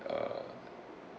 uh